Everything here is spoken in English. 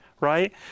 right